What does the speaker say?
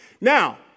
Now